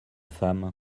femme